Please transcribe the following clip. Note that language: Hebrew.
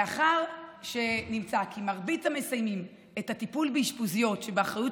לאחר שנמצא כי מרבית המסיימים את הטיפול באשפוזיות שבאחריות